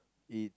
eat